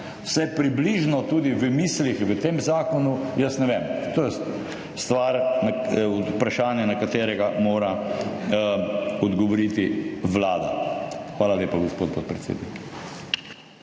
vsaj približno tudi v mislih v tem zakonu? Jaz ne vem. To je vprašanje, na katerega mora odgovoriti Vlada. Hvala lepa, gospod podpredsednik.